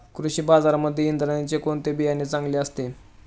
कृषी बाजारांमध्ये इंद्रायणीचे कोणते बियाणे चांगले असते?